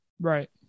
Right